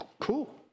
Cool